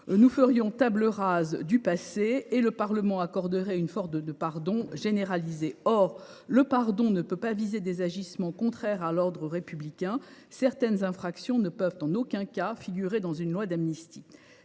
Nous ferions ainsi table rase du passé et le Parlement accorderait une forme de pardon généralisé. Or le pardon ne peut pas viser des agissements contraires à l’ordre républicain. Certaines infractions ne peuvent en aucun cas figurer dans une loi d’amnistie.